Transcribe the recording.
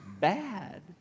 bad